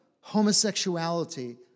homosexuality